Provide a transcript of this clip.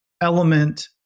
element